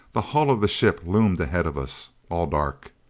the hull of the ship loomed ahead of us. all dark.